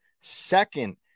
second